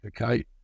okay